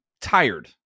tired